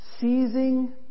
seizing